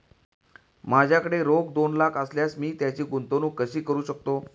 माझ्याकडे रोख दोन लाख असल्यास मी त्याची गुंतवणूक कशी करू शकतो?